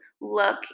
look